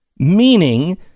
Meaning